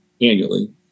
annually